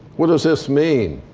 what does this mean?